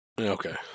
Okay